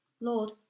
Lord